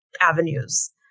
avenues